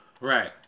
right